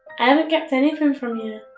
i haven't kept anything from you.